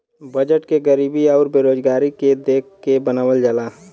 budget के गरीबी आउर बेरोजगारी के देख के बनावल जाला